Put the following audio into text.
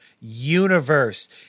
universe